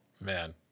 man